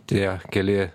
tie keli